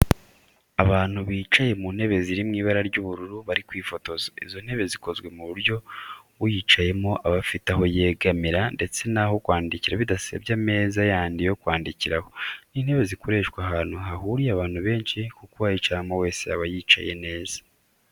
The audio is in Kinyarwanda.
Abantu bicaye mu ntebe ziri mu ibara ry'ubururu bari kwifotoza, izo ntebe zikozwe ku buryo uyicayeho aba afite aho yegamira ndetse n'aho kwandikira bidasabye ameza yandi yo kwandikiraho. Ni intebe zakoreshwa ahantu hahuriye abantu benshi kuko uwayicaraho wese yaba yicaye neza.